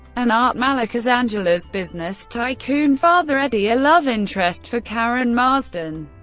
and art malik as angela's business tycoon father eddie, a love interest for karen marsden.